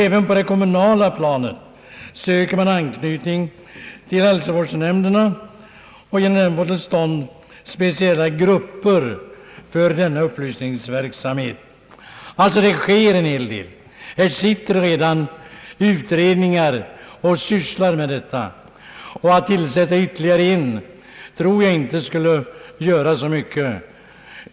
Även på det kommunala planet bedrivs upplysning på det sättet att man söker genom <hälsovårdsnämnderna få till stånd speciella grupper för denna verksamhet. Det sker alltså redan en hel del, och det finns redan utredningar som Sysslar med dessa spörsmål. Ytterligare en utredning tror jag inte skulle göra saken så mycket bättre.